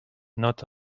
not